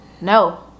no